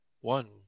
One